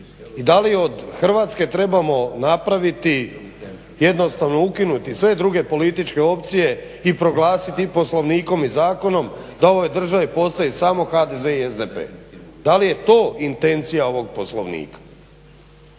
I da li od Hrvatske trebamo napraviti jednostavno ukinuti sve druge političke opcije i proglasiti Poslovnikom i zakonom da u ovoj državi postoji samo HDZ i SDP. Da li je to intencija ovog Poslovnika?